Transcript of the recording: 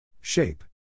Shape